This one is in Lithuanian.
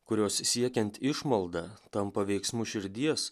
kurios siekiant išmalda tampa veiksmu širdies